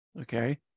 Okay